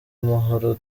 amahoro